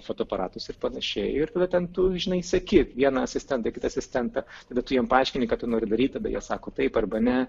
fotoaparatus ir panašiai ir tada ten tu žinai seki vieną asistentą asistentą bet tu jiem paaiškini ką tu nori daryt tada jie sako taip arba ne